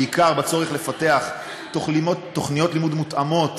בעיקר בצורך לפתח תוכניות לימוד מותאמות